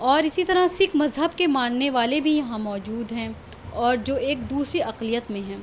اور اسی طرح سکھ مذہب کے ماننے والے بھی یہاں موجود ہیں اور جو ایک دوسری اقلیت میں ہیں